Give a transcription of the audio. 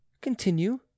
continue